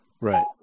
Right